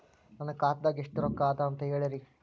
ನನ್ನ ಖಾತಾದಾಗ ಎಷ್ಟ ರೊಕ್ಕ ಅದ ಅಂತ ಹೇಳರಿ?